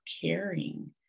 caring